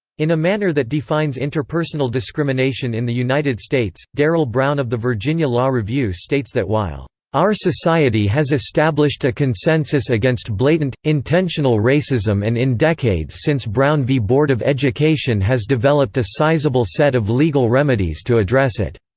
in a manner that defines interpersonal discrimination in the united states, darryl brown of the virginia law review states that while our society has established a consensus against blatant, intentional racism and in decades since brown v board of education has developed a sizeable set of legal remedies to address it,